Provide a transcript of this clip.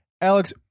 Alex